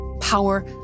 power